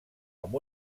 amb